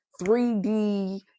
3D